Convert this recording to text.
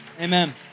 Amen